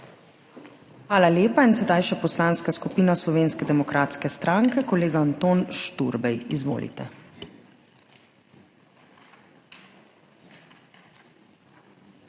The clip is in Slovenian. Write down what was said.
Hvala lepa. In sedaj še Poslanska skupina Slovenske demokratske stranke, kolega Anton Šturbej. Izvolite.